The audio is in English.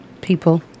people